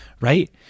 right